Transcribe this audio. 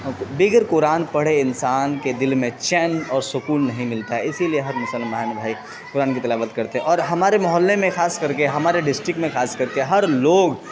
بغیر قرآن پڑھے انسان کے دل میں چین اور سکون نہیں ملتا ہے اسی لیے ہر مسلمان بھائی قرآن کی تلاوت کرتے ہیں اور ہمارے محلے میں خاص کر کے ہمارے ڈسٹرکٹ میں خاص کر کے ہر لوگ